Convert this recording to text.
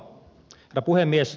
herra puhemies